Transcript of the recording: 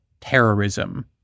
terrorism